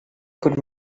could